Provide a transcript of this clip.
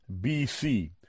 BC